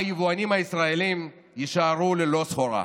והיבואנים הישראלים יישארו ללא סחורה.